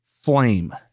flame